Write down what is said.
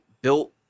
built